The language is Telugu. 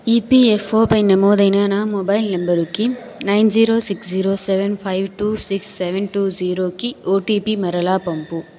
ఇపియఫ్ఓ పై నమోదైన నా మొబైల్ నంబరుకి nine zero six zero seven five two six seven two జీరోకి ఓటిపి మరలా పంపు